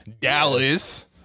Dallas